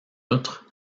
outre